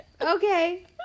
okay